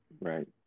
Right